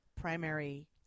primary